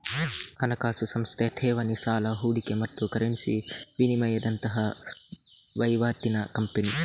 ಹಣಕಾಸು ಸಂಸ್ಥೆ ಠೇವಣಿ, ಸಾಲ, ಹೂಡಿಕೆ ಮತ್ತು ಕರೆನ್ಸಿ ವಿನಿಮಯದಂತಹ ವೈವಾಟಿನ ಕಂಪನಿ